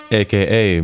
aka